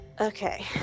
okay